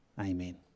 amen